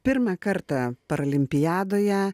pirmą kartą paralimpiadoje